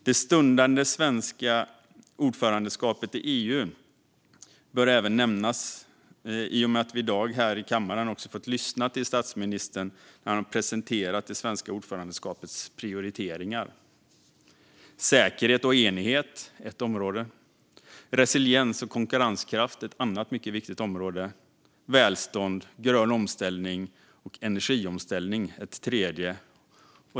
Det stundande svenska ordförandeskapet i EU bör även nämnas i och med att vi i dag här i kammaren har fått lyssna till statsministern när han presenterade det svenska ordförandeskapets prioriteringar. Säkerhet och enighet är ett område. Resiliens och konkurrenskraft är ett annat mycket viktigt område. Välstånd, grön omställning och energiomställning är ett tredje.